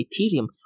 Ethereum